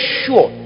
sure